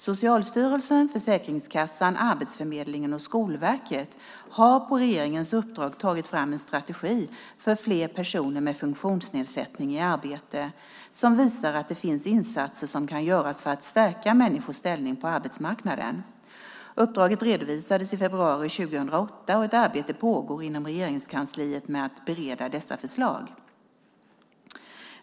Socialstyrelsen, Försäkringskassan, Arbetsförmedlingen och Skolverket har på regeringens uppdrag tagit fram en strategi för fler personer med funktionsnedsättning i arbete som visar att det finns insatser som kan göras för att stärka människors ställning på arbetsmarknaden. Uppdraget redovisades i februari 2008, och ett arbete pågår inom Regeringskansliet med att bereda dessa förslag.